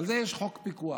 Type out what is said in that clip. על זה יש חוק פיקוח.